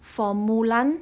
for mulan